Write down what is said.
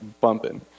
bumping